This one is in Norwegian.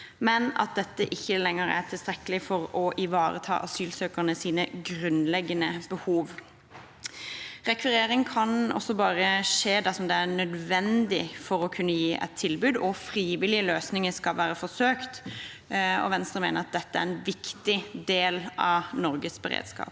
men at dette ikke lenger er tilstrekkelig for å ivareta asylsøkernes grunnleggende behov. Rekvirering kan bare skje dersom det er nødvendig for å kunne gi et tilbud, og frivillige løsninger skal være forsøkt. Venstre mener at dette er en viktig del av Norges beredskap.